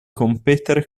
competere